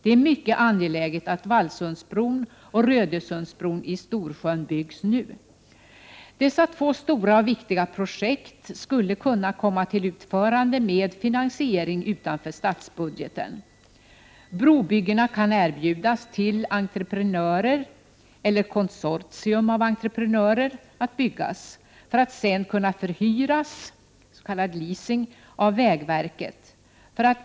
Det är mycket angeläget att Vallsundsbron och Rödösundsbron i Storsjön byggs nu. Dessa två stora och viktiga projekt skulle kunna komma till utförande med finansiering utanför statsbudgeten. Brobyggena kan bjudas ut till entreprenörer eller konsortium av entreprenörer för att sedan kunna förhyras, s.k. leasing, av vägverket.